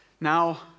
Now